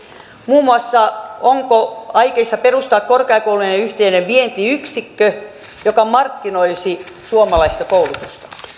muun muassa ollaanko aikeissa perustaa korkeakoulujen yhteinen vientiyksikkö joka markkinoisi suomalaista koulutusta